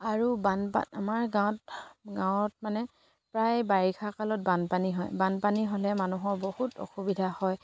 আৰু আমাৰ গাঁৱত মানে প্ৰায় বাৰিষা কালত বানপানী হয় বানপানী হ'লে মানুহৰ বহুত অসুবিধা হয়